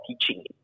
teaching